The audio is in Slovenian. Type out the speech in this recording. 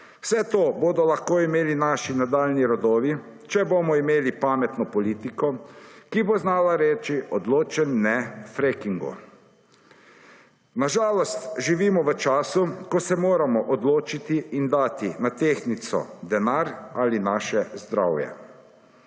Vse to bodo lahko imeli naši nadaljnji rodovi, če bomo imeli pametno politiko, ki bo znala reči odločen ne freakingu. Na žalost živimo v času, ko se moramo odločiti in dati na tehtnico denar ali naše zdravje.